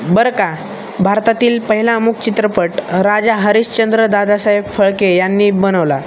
बरं का भारतातील पहिला मुक चित्रपट राजा हरीशचंद्र दादासाहेब फाळके यांनी बनवला